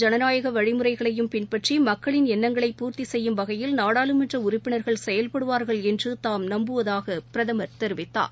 ஜனநாயகவழிமுறைகளையும் பின்பற்றிமக்களின் எண்ணங்களை பூர்த்திசெய்வதில் அனைத்து நாடாளுமன்றஉறுப்பினர்கள் செயல்படுவார்கள் என்றுதாம் நம்புவதாகபிரதமர் தெரிவித்தார்